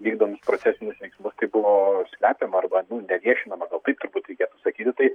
vykdomus procesinius veiksmus tai buvo slepiama arba nu neviešinama gal taip turbūt reikėtų sakyti tai